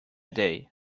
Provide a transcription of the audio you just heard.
day